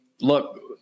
look